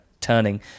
turning